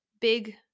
big